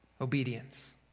obedience